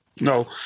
no